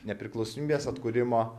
nepriklausomybės atkūrimo